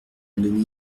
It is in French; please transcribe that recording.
demi